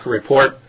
Report